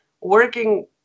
working